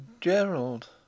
Gerald